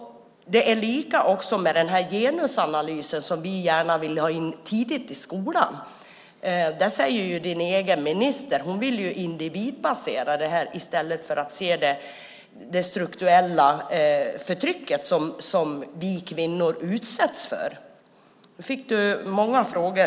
Detsamma gäller den genusanalys som vi gärna vill ha in tidigt i skolan. Där säger Helena Bargholtz egen minister att hon vill individbasera den i stället för att se det strukturella förtryck som vi kvinnor utsätts för. Nu fick Helena Bargholtz många frågor.